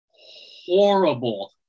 horrible